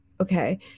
okay